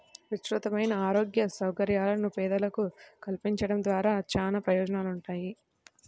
విస్తృతమైన ఆరోగ్య సౌకర్యాలను పేదలకు కల్పించడం ద్వారా చానా ప్రయోజనాలుంటాయి